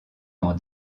dans